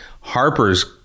Harper's